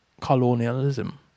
colonialism